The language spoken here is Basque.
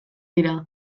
dira